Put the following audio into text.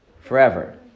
forever